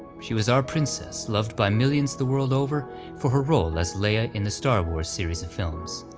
she was our princess, loved by millions the world over for her role as leia in the star wars series of films.